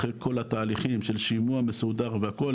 אחרי כל התהליכים של שימוע מסודר והכול,